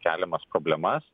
keliamas problemas